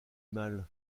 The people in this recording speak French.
mal